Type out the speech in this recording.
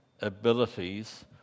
abilities